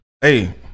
Hey